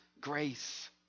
grace